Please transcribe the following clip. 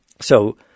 So-